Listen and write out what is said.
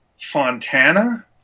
Fontana